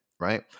right